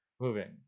moving